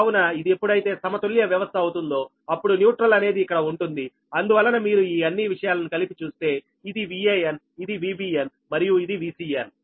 కావున ఇది ఎప్పుడైతే సమతుల్య వ్యవస్థ అవుతుందో అప్పుడు న్యూట్రల్ అనేది ఇక్కడ ఉంటుంది అందువలన మీరు ఈ అన్ని విషయాలను కలిపి చూస్తే ఇది Van ఇది Vbn మరియు ఇది Vcn